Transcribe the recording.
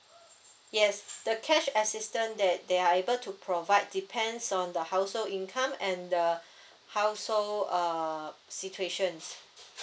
yes the cash assistant that they are able to provide depends on the household income and the household err situations